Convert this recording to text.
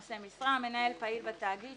"נושא משרה" מנהל פעיל בתאגיד,